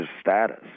status